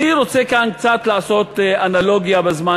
אני רוצה לעשות קצת אנלוגיה בזמן